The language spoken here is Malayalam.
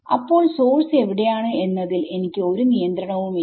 അപ്പോൾ സോഴ്സ് എവിടെയാണ് എന്നതിൽ എനിക്ക് ഒരു നിയന്ത്രണവും ഇല്ല